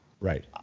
Right